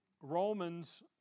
Romans